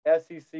SEC